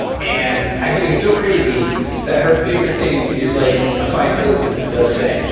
and i think it's so crazy that her favorite thing is, like, a fine pilsner, let's say.